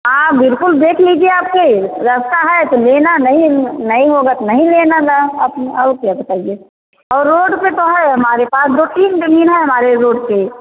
हाँ बिल्कुल देख लीजिए आके रहता है तो लेना नहीं होगा तो नहीं लेना न औ और क्या बताईए और रोड पर तो है हमारे पास दो तीन जमीन है हमारे रोड पर